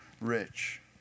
rich